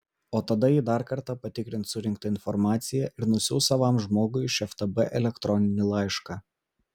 o tada ji dar kartą patikrins surinktą informaciją ir nusiųs savam žmogui iš ftb elektroninį laišką